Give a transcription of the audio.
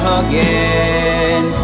again